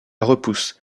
repousse